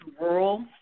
rural